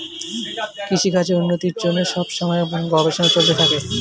কৃষিকাজের উন্নতির জন্যে সব সময়ে গবেষণা চলতে থাকে